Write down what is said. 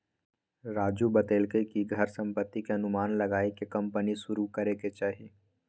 राजू बतलकई कि घर संपत्ति के अनुमान लगाईये के कम्पनी शुरू करे के चाहि